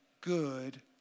good